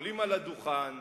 עולים לדוכן,